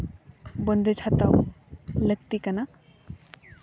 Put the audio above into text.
ᱵᱚᱱᱫᱮᱡᱽ ᱦᱟᱛᱟᱣ ᱞᱟᱹᱠᱛᱤ ᱠᱟᱱᱟ